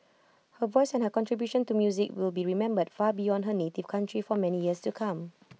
her voice and contribution to music will be remembered far beyond her native county for many years to come